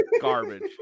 garbage